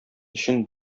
өчен